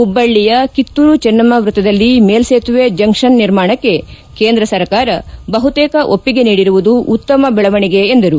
ಹುಬ್ಬಳ್ಳಿಯ ಕಿತ್ತೂರು ಚೆನ್ನಮ್ನ ವೃತ್ತದಲ್ಲಿ ಮೇಲ್ಲೇತುವೆ ಜಂಕ್ಷನ್ ನಿರ್ಮಾಣಕ್ಕೆ ಕೇಂದ್ರ ಸರ್ಕಾರ ಬಹುತೇಕ ಒಪ್ಪಿಗೆ ನೀಡಿರುವುದು ಉತ್ತಮ ಬೆಳವಣಿಗೆ ಎಂದರು